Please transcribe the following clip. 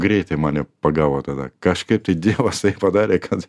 greitai mane pagavo tada kažkaip tai dievas taip padarė kad